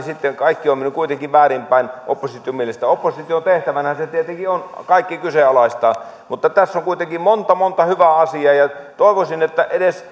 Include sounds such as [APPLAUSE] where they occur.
[UNINTELLIGIBLE] sitten kaikki on mennyt kuitenkin väärin päin opposition mielestä opposition tehtävänähän tietenkin on kaikki kyseenalaistaa mutta tässä on kuitenkin monta monta hyvää asiaa ja toivoisin että esittäisitte edes [UNINTELLIGIBLE]